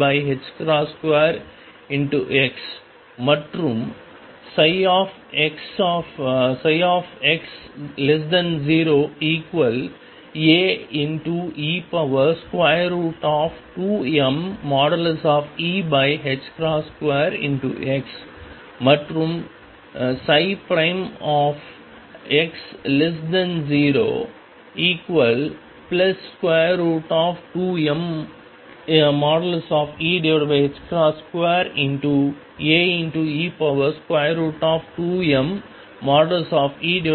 2mE2x மற்றும் x0Ae2mE2x மற்றும் x02mE2Ae2mE2x